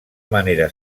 manera